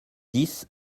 dix